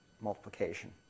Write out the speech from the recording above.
multiplication